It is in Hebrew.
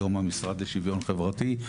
היום המשרד לשוויון חברתי.